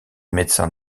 médecins